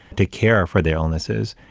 to care for their illnesses,